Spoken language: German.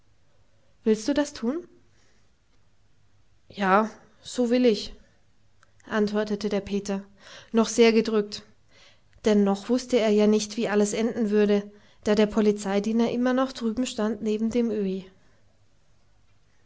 willst du das tun ja so will ich antwortete der peter noch sehr gedrückt denn noch wußte er ja nicht wie alles enden würde da der polizeidiener immer noch drüben stand neben dem öhi